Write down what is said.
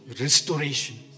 restoration